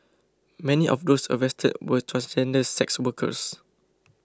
many of those arrested were transgender sex workers